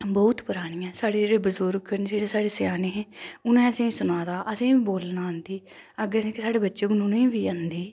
बहुत परानी ऐ साढ़े जेह्ड़े बुजुर्ग न जेह्ड़े साढ़े स्याने हे उनें सानू सनाए दा असेंगी बोलना आंदी अग्गै जेहके साढ़े बच्चे न उनेंगी बी आंदी